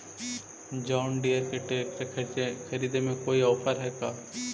जोन Deere के tractor खरिदे में कोई औफर है का?